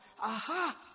Aha